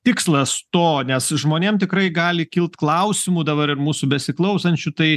tikslas to nes žmonėm tikrai gali kilt klausimų dabar ir mūsų besiklausančių tai